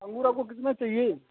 अंगूर आपको कितना चाहिये